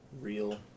real